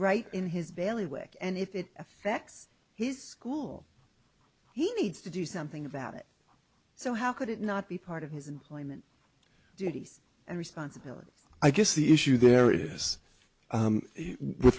right in his belly way and if it affects his school he needs to do something about it so how could it not be part of his employment duties and responsibilities i guess the issue there is with